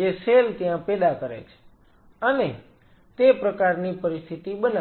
જે સેલ ત્યાં પેદા કરે છે અને તે પ્રકારની પરિસ્થિતિ બનાવે છે